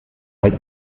halt